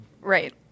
Right